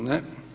Ne.